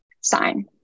sign